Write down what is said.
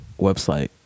website